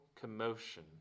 commotion